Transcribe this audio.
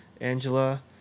Angela